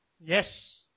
Yes